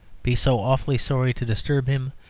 be so awfully sorry to disturb him,